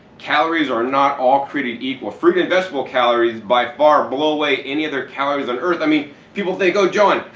calories are not all created equal. fruit and vegetable calories by far blow away any other calories on earth. i mean people think oh john,